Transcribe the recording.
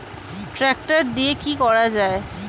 Tractor দিয়ে কি করা যায়?